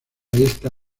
esta